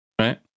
Right